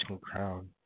crown